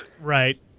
Right